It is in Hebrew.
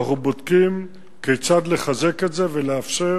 ואנחנו בודקים כיצד לחזק את זה ולאפשר